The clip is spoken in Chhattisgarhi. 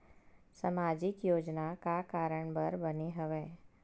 सामाजिक योजना का कारण बर बने हवे?